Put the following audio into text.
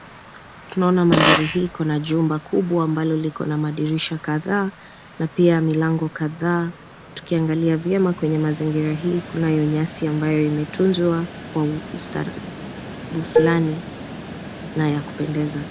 Tunaona mandhari hii iko na jumba kubwa ambalo liko na madirisha kadhaa na pia milango kadhaa tukiangalia vyema kwenye mazingira hii kunayo nyasi ambayo imetunzwa kwa ustaarabu fulani na ya kupendeza.